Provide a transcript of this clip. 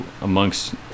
amongst